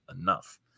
enough